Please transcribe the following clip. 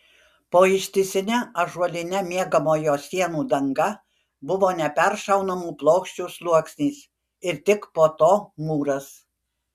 po ištisine ąžuoline miegamojo sienų danga buvo neperšaunamų plokščių sluoksnis ir tik po to mūras